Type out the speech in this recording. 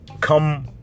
come